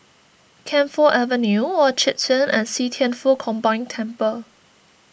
Camphor Avenue Orchard Turn and See Thian Foh Combined Temple